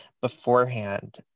beforehand